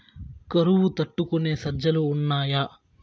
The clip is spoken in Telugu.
కరువు తట్టుకునే సజ్జలు ఉన్నాయా